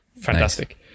fantastic